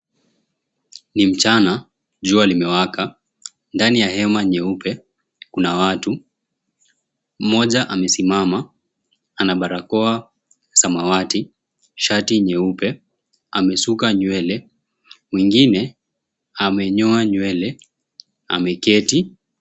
Ni mchana, jua limewaka. Ndani ya hema nyeupe, kuna watu. Mmoja amesimama, ana barakoa samawati, shati nyeupe, amesuka nywele. Mwingine amenyoa nywele ameketi.